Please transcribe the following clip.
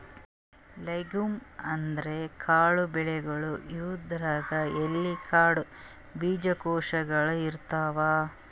legumes ಅಂದ್ರ ಕಾಳ್ ಬೆಳಿಗೊಳ್, ಇವುದ್ರಾಗ್ಬಿ ಎಲಿ, ಕಾಂಡ, ಬೀಜಕೋಶಗೊಳ್ ಇರ್ತವ್